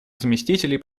заместителей